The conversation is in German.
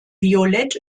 violett